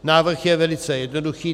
Návrh je velice jednoduchý.